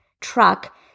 truck